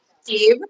Steve